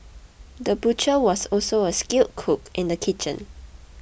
the butcher was also a skilled cook in the kitchen